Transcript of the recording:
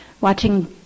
watching